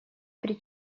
при